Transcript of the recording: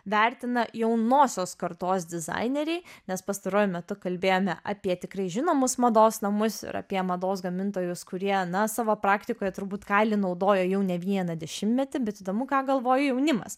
vertina jaunosios kartos dizaineriai nes pastaruoju metu kalbėjome apie tikrai žinomus mados namus ir apie mados gamintojus kurie na savo praktikoje turbūt kailį naudoja jau ne vieną dešimtmetį bet įdomu ką galvoja jaunimas